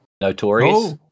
Notorious